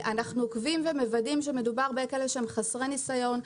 אנחנו עוקבים ומוודאים שמדובר בכאלה שהם חסרי ניסיון,